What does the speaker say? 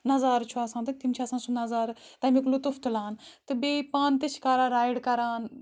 نَظارٕہ چھُ آسان تہٕ تِم چھِ آسان سُہ نَظارٕہ تَمؠُک لُطف تُلان تہٕ بِییہِ پانہٕ تہِ شکارا رایڈ کَران